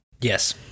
Yes